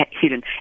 hidden